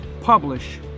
Publish